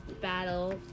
battle